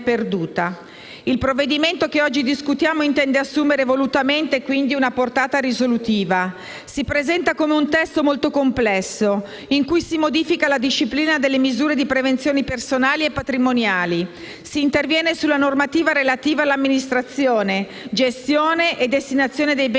Il provvedimento che oggi discutiamo intende, quindi, assumere volutamente una portata risolutiva. Si presenta come un testo molto complesso, in cui si modifica la disciplina delle misure di prevenzione personali e patrimoniali; si interviene sulla normativa relativa all'amministrazione, gestione e destinazione dei beni